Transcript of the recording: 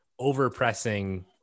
overpressing